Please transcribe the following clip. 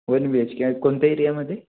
one B H K आणि कोणत्या एरियामध्ये